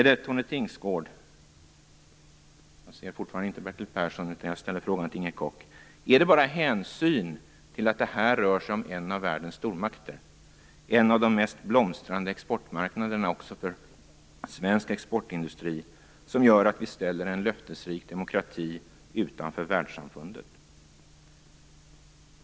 Är det, Tone Tingsgård och Inger Koch, jag ställer frågan till henne eftersom jag fortfarande inte ser Bertil Persson här i kammaren, bara hänsyn till att det här rör sig om en av världens stormakter och en av de mest blomstrande exportmarknaderna för svensk exportindustri, som gör att vi ställer en löftesrik demokrati utanför världssamfundet?